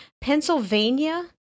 Pennsylvania